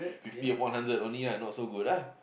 sixty upon hundred only ah not so good ah